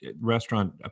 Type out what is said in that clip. restaurant